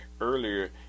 earlier